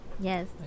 Yes